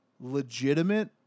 legitimate